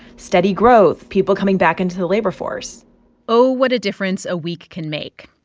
steady growth, people coming back into the labor force oh, what a difference a week can make.